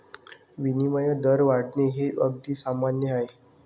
विनिमय दर वाढणे हे अगदी सामान्य आहे